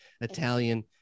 Italian